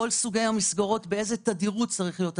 כל סוגי המסגרות, באיזו תדירות צריך להיות הפיקוח.